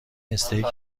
استیک